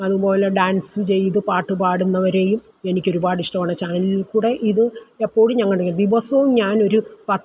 അതുപോലെ ഡാൻസ് ചെയ്തു പാട്ടുപാടുന്നവരെയും എനിക്ക് ഒരുപാട് ഇഷ്ടമുണ്ട് ചാനലിൽക്കൂടെ ഇത് എപ്പോഴും ഞാൻ കണ്ടുകൊണ്ടിരിക്കും ദിവസവും ഞാൻ ഒരു